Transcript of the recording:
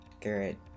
Garrett